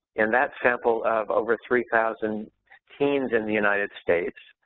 in that sample of over three thousand teens in the united states,